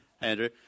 Andrew